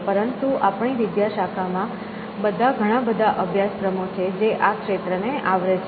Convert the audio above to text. પરંતુ આપણી વિદ્યાશાખામાં ઘણા બધા અભ્યાસક્રમો છે જે આ ક્ષેત્રને આવરે છે